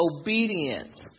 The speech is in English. obedience